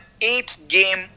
eight-game